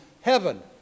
heaven